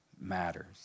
Matters